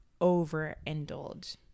overindulge